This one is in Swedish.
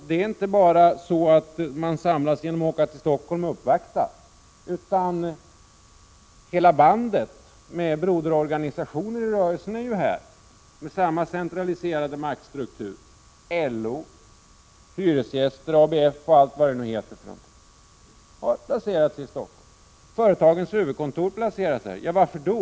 Det sker inte bara genom att man åker till Stockholm och uppvaktar. Hela bandet med broderorganisationer i rörelsen är här, med samma centraliserade maktstruktur: LO, hyresgäströrelsen, ABF m.fl. har placerats i Stockholm. Företagens huvudkontor placeras här. Varför då?